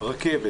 רכבת